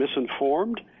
misinformed